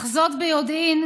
אך זאת ביודעין,